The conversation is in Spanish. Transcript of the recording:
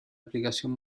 aplicación